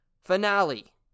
finale